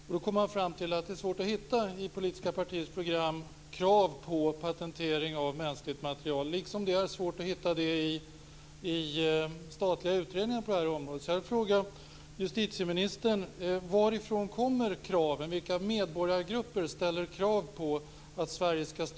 Jag har kommit fram till att det är svårt att hitta i politiska partiers program krav på patentering på mänskligt material, liksom det är svårt att hitta det i statliga utredningar på området.